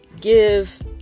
give